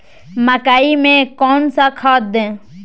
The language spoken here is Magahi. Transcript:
मकई में कौन सा खाद दे?